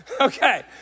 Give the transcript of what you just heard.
Okay